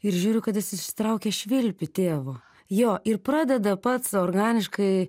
ir žiūriu kad jis išsitraukia švilpį tėvo jo ir pradeda pats organiškai